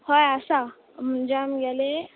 हय आसा म्हणजे आमगेली